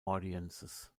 audiences